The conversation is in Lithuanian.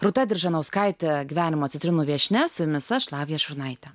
rūta diržanauskaitė gyvenimo citrinų viešnia su jumis aš lavija šurnaitė